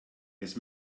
jetzt